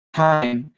time